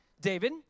David